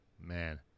Man